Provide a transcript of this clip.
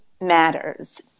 Matters